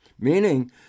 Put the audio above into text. Meaning